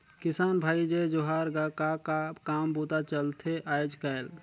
किसान भाई जय जोहार गा, का का काम बूता चलथे आयज़ कायल?